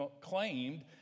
claimed